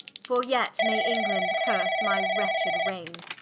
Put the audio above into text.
for yet may england curse my wretched raigne.